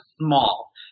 small